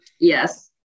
Yes